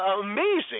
amazing